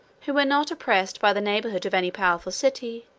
who were not oppressed by the neighborhood of any powerful city,